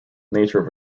nature